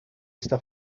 esta